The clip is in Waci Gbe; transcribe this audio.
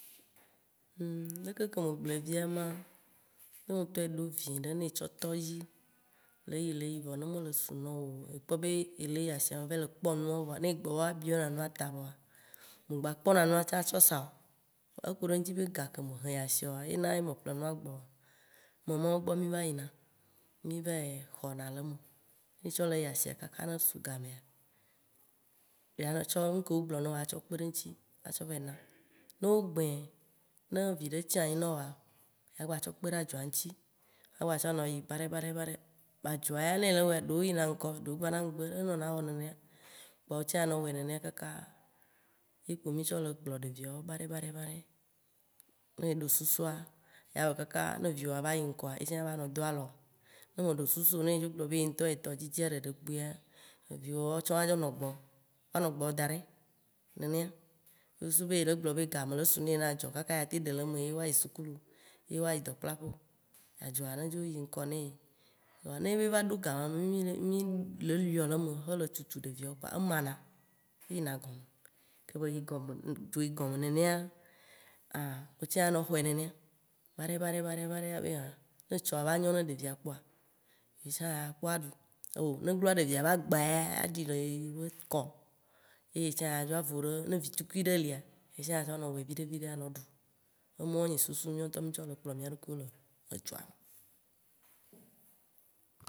leke ke me gblɔe fia ma, ne wɔ ŋtɔ eɖo viɖe ne etsɔ tɔ edzi leyi leyi vɔ ne mele su na wò oa, ekpɔ be yele yi asiame va yi le biɔ nuawo ta voa ŋgba kpona nua tsã atsɔ sa o. Eku ɖe eŋti be ga ke me he yi asia oa yena ye me ƒle nua gbɔ o, me mawo gbɔ mì va yi xɔna le eme, ne tsɔ le yi asia kakaka ne su gamea yeatsɔ ŋke wo gblɔ nawoa kpe ɖe eŋti atsɔ va yi na. Ne wo gbĩ, ne viɖe tsi anyi na woa, agba tsɔ kpe ɖe adzɔa ŋti agba tsɔ nɔ yi baɖɛ, baɖɛ, baɖɛ kpoa adzɔa ne ele wɔa, ɖewo yina ŋgɔ, ɖewo vana mgbe enɔna wɔ nenea kpoa wotsã anɔ wɔ nenea, kakaaa, ye kpo mì tsɔ le kplɔ ɖeviawo baɖe baɖe baɖe. Ne eɖo sususa, ya wɔ kakaa ne viwoa va yi ŋgɔa, ye tsã la va nɔ do alɔ wò. Ne meɖe susu o ye edzo gblɔ be ye ŋtɔ yetɔ dzidzi ɖeɖe kpoa, eviwoa tsã adzo nɔ gbɔwò, anɔ gbɔwò nenea daɖe. Ku susu be ele gblɔ be ga mele su na ye na adzɔ kaka yeatem ɖe le eme ye woayi sukulu, ye woayi dɔkplaƒe o, adzɔa ne dzo yi ŋkɔ na ye. Vɔa ne va ɖo gama me mī le liɔ le eme tso le tutu ɖeviwo kpoa emana, eyina gɔ me. Ke be dzo yi gɔme nenea, anh wò tsã axɔe nenea, baɖɛ, baɖɛ, baɖɛ abe anh ne tsɔa eva nyo na ɖevia kpoa ye tsã ye akpɔ aɖu, ohh neglo ɖevia be agba ya, aɖi le ye be kɔ, ye yetsã ye adzo avo ɖe, ne vitukui ɖe lia, ye tsã ye adzo nɔ wɔe viɖe viɖe anɔ ɖu. Emɔwo nye susu nyuietɔa mì tsɔ le kplɔ mìa ɖokuiwo le dua me.